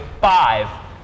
five